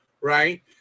Right